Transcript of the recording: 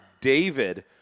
David